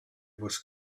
was